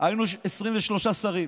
היינו 23 שרים.